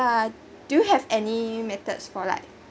ya do you have any methods for like